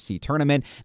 tournament